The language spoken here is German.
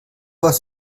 was